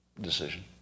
decision